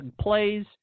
plays